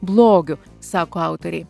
blogiu sako autoriai